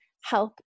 help